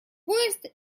поезд